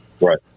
Right